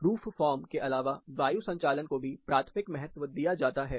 roof form के अलावा वायु संचालन को भी प्राथमिक महत्व दिया जाता है